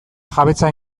jabetza